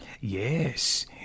Yes